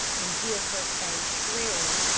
and hear her say, shrilly,